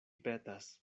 petas